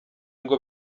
ngo